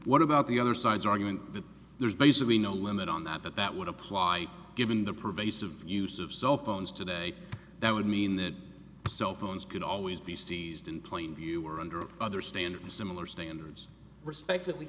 what about the other side's argument that there's basically no limit on that that that would apply given the pervasive use of cell phones today that would mean that cell phones could always be seized in plain view or under other standard similar standards respect